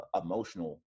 emotional